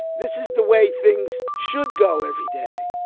this is the way things should go every day.